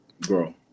grow